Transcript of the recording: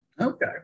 Okay